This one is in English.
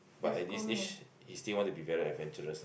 but at this age he still want to be very adventurous ah